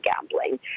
gambling